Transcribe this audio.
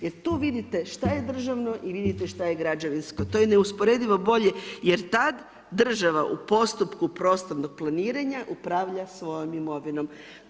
Jer tu vidite što je državno i vidite što je građevinsko, to je neusporedivo bolje jer tad država u postupku prostornog planiranja upravlja svojom imovinom.